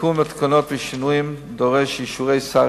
לעדכון התקנות ושינוין נדרשים אישור שר